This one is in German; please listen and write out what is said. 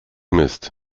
mist